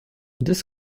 this